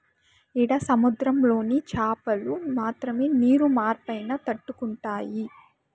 ఈడ సముద్రంలోని చాపలు మాత్రమే నీరు మార్పైనా తట్టుకుంటాయి